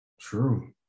True